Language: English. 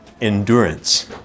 endurance